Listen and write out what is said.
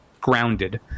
grounded